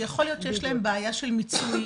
שיכול להיות שיש להם בעיה של מיצוי.